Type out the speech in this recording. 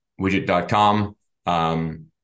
widget.com